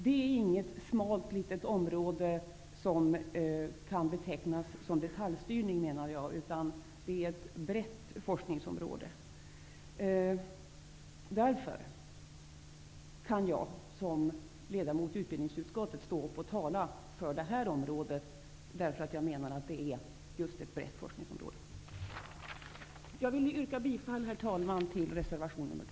Det är inget smalt litet område, och det kan inte betecknas som detaljstyrning, menar jag, när det handlar om ett brett forskningsområde. Därför kan jag som ledamot i utbildningsutskottet tala för detta område. Jag vill yrka bifall, herr talman, till reservation 2.